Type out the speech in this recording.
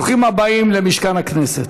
ברוכים הבאים למשכן הכנסת,